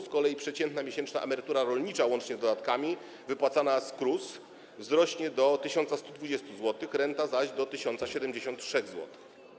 Z kolei przeciętna miesięczna emerytura rolnicza łącznie z dodatkami wypłacana z KRUS wzrośnie do 1120 zł, renta zaś - do 1073 zł.